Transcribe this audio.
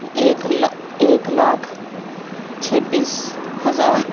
ایک لا لاکھ چھبیس ہزار